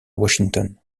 washington